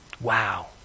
Wow